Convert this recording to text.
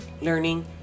learning